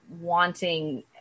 wanting